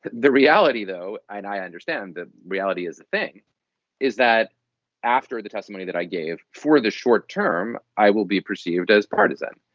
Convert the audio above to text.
the reality, though, i understand that reality is the thing is that after the testimony that i gave for the short term, i will be perceived as partisan.